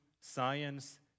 science